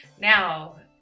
now